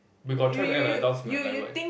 we got try to act like adults in my life what